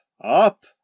up